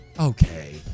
Okay